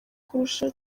kurusha